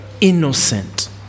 innocent